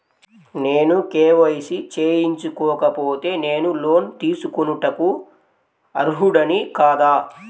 నేను కే.వై.సి చేయించుకోకపోతే నేను లోన్ తీసుకొనుటకు అర్హుడని కాదా?